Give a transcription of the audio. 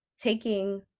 taking